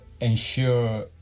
ensure